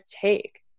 take